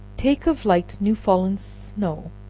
take of light new fallen snow,